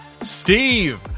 Steve